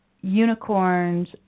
unicorns